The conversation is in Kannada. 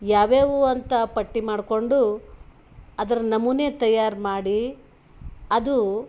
ಯಾವ್ಯಾವು ಅಂತ ಪಟ್ಟಿ ಮಾಡ್ಕೊಂಡು ಅದ್ರ ನಮೂನೆ ತಯಾರು ಮಾಡಿ ಅದು